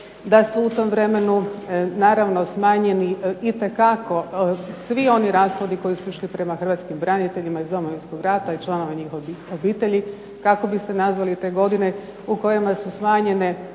da su u tom vremenu naravno smanjeni itekako svi oni rashodi koji su išli prema hrvatskim braniteljima iz Domovinskog rata i članova njihovih obitelji. Kako biste nazvali te godine u kojima su smanjene